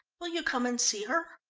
will you come and see her?